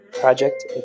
Project